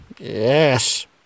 Yes